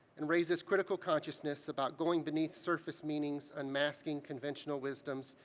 and raises critical consciousness about going beneath surface meanings, unmasking conventional wisdoms,